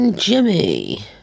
jimmy